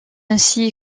ainsi